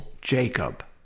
Jacob